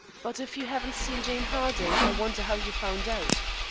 but if you haven't seen jane harding, i wonder how you found out.